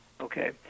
Okay